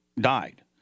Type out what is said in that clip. died